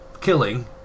killing